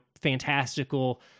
fantastical